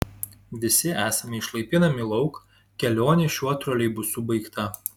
visi esame išlaipinami lauk kelionė šiuo troleibusu baigta